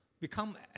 become